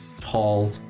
tall